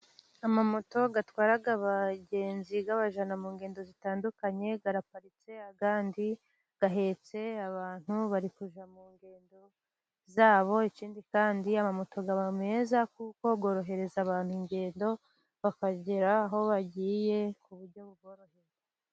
Amamoto atwara abagenzi abajyana mu ngendo zitandukanye, araparitse. Ayandi ahetse abantu bar kujya mu ngendo zabo. Ikindi kandi amamoto aba meza kuko yorohereza abantu ingendo, bakagera aho bagiye ku buryo buboroheye.